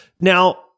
Now